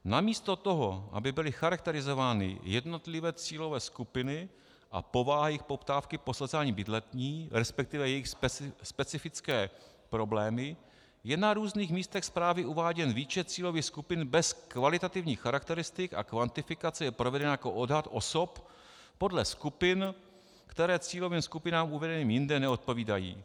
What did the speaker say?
Namísto toho, aby byly charakterizovány jednotlivé cílové skupiny a povaha jejich poptávky po sociálním bydlení, resp. jejich specifické problémy, je na různých místech zprávy uváděn výčet cílových skupin bez kvalitativních charakteristik a kvantifikace je provedena jako odhad osob podle skupin, které cílovým skupinám uvedeným jinde neodpovídají.